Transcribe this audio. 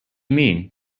mean